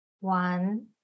One